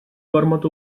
gormod